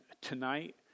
tonight